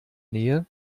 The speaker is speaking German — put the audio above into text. nähe